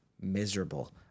miserable